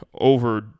over